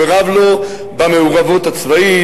ורב לו במעורבות הצבאית,